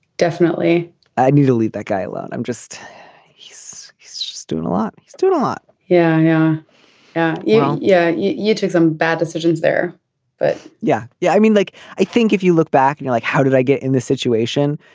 definitely i need to leave that guy alone. i'm just he's just doing a lot. he's doing a lot yeah yeah yeah yeah yeah. you took some bad decisions there but yeah yeah i mean like i think if you look back and like how did i get in this situation.